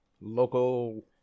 Local